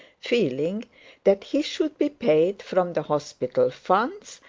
feeling that he should be paid from the hospital funds,